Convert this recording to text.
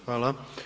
Hvala.